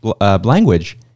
language